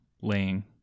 laying